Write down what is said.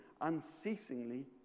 unceasingly